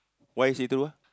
why see through ah